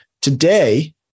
Today